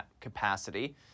capacity